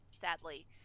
sadly